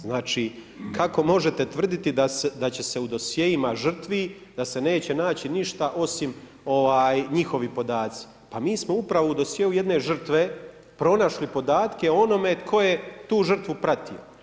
Znači kako možete tvrditi da će se u dosjeima žrtvi da se neće naći ništa osim njihovih podaci? pa mi smo upravo u dosjeu jedne žrtve pronašli podatke o onome tko je tu žrtvu pratio.